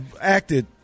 acted